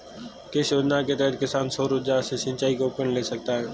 किस योजना के तहत किसान सौर ऊर्जा से सिंचाई के उपकरण ले सकता है?